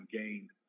gained